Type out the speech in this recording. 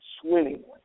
swimmingly